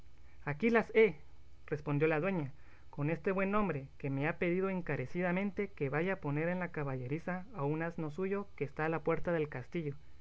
aquí las he respondió la dueña con este buen hombre que me ha pedido encarecidamente que vaya a poner en la caballeriza a un asno suyo que está a la puerta del castillo